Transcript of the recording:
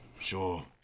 Sure